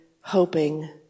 hoping